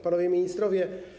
Panowie Ministrowie!